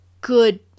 good